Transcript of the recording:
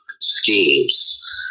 schemes